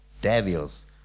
devils